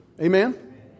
Amen